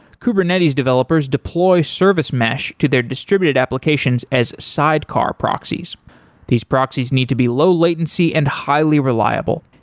kubernetes developers deploy service mesh to their distributed applications as side car proxies these proxies need to be low latency and highly reliable.